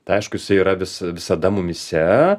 tai aišku jisai yra vis visada mumyse